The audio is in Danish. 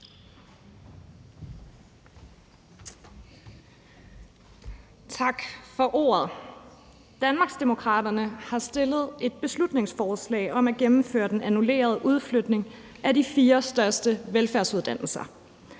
Tak for ordet. Danmarksdemokraterne har fremsat et beslutningsforslag om at gennemføre den annullerede udflytning af de fire største velfærdsuddannelser.